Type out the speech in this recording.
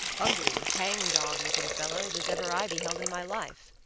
ugly, hang-dog looking fellows as ever i beheld in my life.